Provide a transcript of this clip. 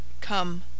Come